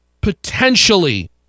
potentially